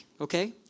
okay